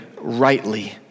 rightly